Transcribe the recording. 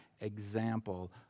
example